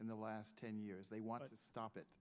in the last ten years they want to stop it